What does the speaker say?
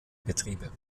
betriebe